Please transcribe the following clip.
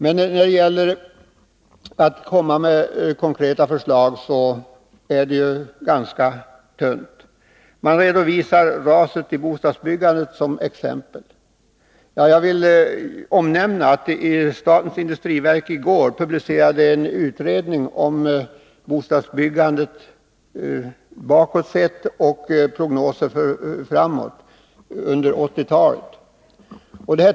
Men när det gäller att komma med konkreta förslag är det ganska tunt. Man redovisar raset inom bostadsbyggandet som ett exempel. Jag vill omnämna att statens industriverk i går publicerade en utredning om bostadsbyggandet i perspektiv bakåt och med prognoser för 1980-talet.